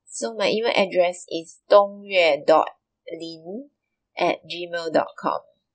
so my email address is dong Yue dot Lin at gmail dot com